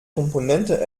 komponente